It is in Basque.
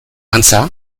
antza